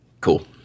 Cool